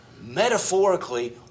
metaphorically